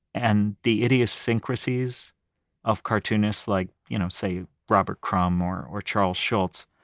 and the idiosyncrasies of cartoonists like, you know say robert crumb or or charles schulz.